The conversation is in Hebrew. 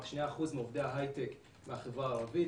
רק 2% מעובדי ההייטק הם מהחברה הערבית.